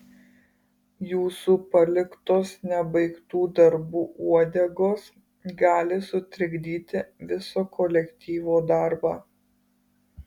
jūsų paliktos nebaigtų darbų uodegos gali sutrikdyti viso kolektyvo darbą